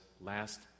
last